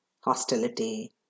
hostility